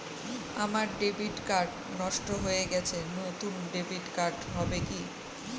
আমার debit card নষ্ট হয়ে গেছে নূতন ডেবিট কার্ড হবে কি?